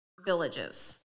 villages